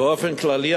באופן כללי,